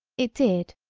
it did,